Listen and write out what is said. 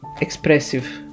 expressive